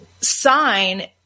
sign